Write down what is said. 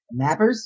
Mappers